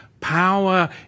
Power